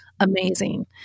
amazing